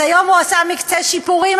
אז היום הוא עשה מקצה שיפורים,